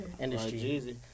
industry